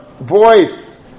voice